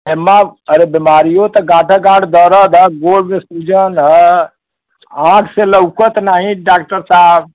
हेमा अरे बीमारियों तक गाठे गाँठ दर्द है गोर में सूजन है आँख से लऊकत नहीं डॉक्टर साहब